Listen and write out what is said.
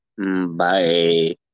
Bye